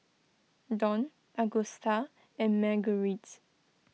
Dawn Agusta and Marguerites